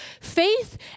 Faith